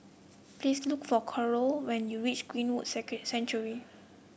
please look for Karol when you reach Greenwood Sanctuary